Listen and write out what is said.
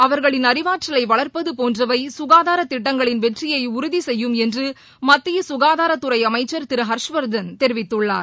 அவர்களின் அறிவாற்றலை வளர்ப்பது போன்றவை சுகாதாரத் திட்டங்களின் வெற்றியை உறுதி செய்யும் என்று மத்திய சுகாதாரத்துறை அமைச்சர் திரு ஹர்ஷ்வர்தன் தெரிவித்துள்ளார்